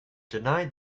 denied